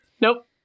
Nope